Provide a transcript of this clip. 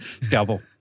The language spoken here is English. Scalpel